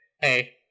Hey